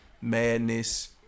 Madness